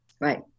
Right